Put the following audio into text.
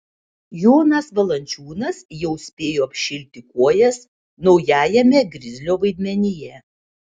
jonas valančiūnas jau spėjo apšilti kojas naujajame grizlio vaidmenyje